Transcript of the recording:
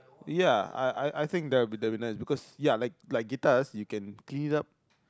ya I I I think that will be that will be nice because ya like like guitars you can clean up